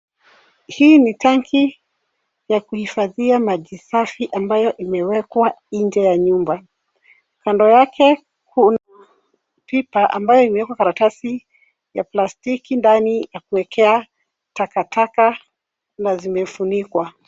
Hii ni tangi ya kuhifadhia maji safi ambayo imewekwa nje ya nyumba. Kando yake kuna pipa ambayo imewekwa karatasi ya plastiki ndani ya kuwekea takataka na zimefunikwa.